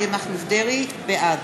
בעד